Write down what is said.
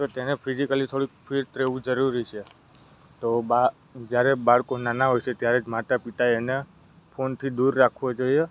તો તેને ફિઝિકલી થોડુંક ફિટ રહેવું જરૂરી છે તો બા જ્યારે બાળકો નાના હોય છે ત્યારે જ માતા પિતા એને ફોનથી દૂર રાખવો જોઈએ